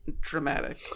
dramatic